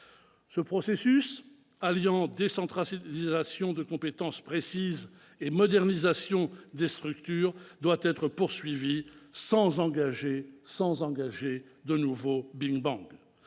Ce processus, alliant décentralisation de compétences précises et modernisation des structures, doit être poursuivi sans engager de nouveau big bang.